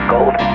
Gold